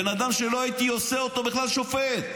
בן אדם שלא הייתי עושה אותו בכלל שופט.